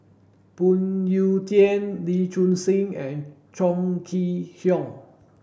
Phoon Yew Tien Lee Choon Seng and Chong Kee Hiong